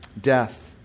Death